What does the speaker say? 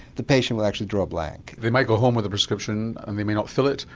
the patient will actually draw a blank. they might go home with a prescription and they may not fill it,